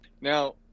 Now